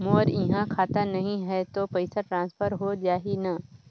मोर इहां खाता नहीं है तो पइसा ट्रांसफर हो जाही न?